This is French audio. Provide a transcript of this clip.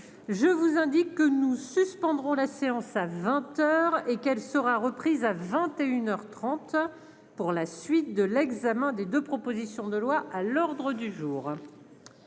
je vous indique que nous suspendrons la séance à 20 heures et qu'elle sera reprise à 21 heures 30 pour la suite de l'examen des 2 propositions de loi à l'ordre du jour